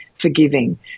forgiving